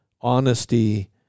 honesty